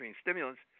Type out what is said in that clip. stimulants